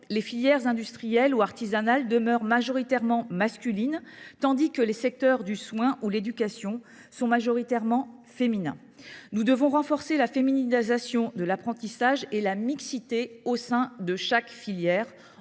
Les filières industrielles ou artisanales demeurent majoritairement masculines, tandis que les secteurs du soin ou de l’éducation sont majoritairement féminins. Nous devons renforcer la féminisation de l’apprentissage et la mixité au sein de chaque filière,